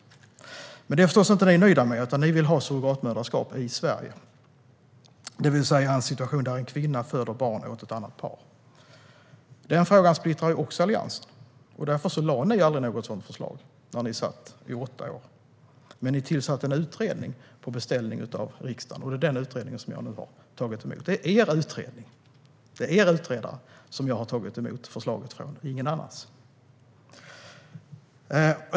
Men detta är ni förstås inte nöjda med, utan ni vill ha rätt till surrogatmoderskap i Sverige, det vill säga att en kvinna föder barn åt ett annat par. Också denna fråga splittrar Alliansen, och därför lade ni aldrig fram något sådant förslag när ni satt i regering i åtta år. Men ni tillsatte en utredning på beställning av riksdagen, och det är den som jag nu har tagit emot. Det är er utredare som jag har tagit emot förslaget från, ingen annan.